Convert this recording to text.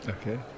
Okay